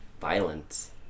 violence